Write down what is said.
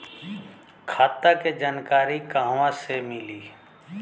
खाता के जानकारी कहवा से मिली?